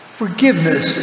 forgiveness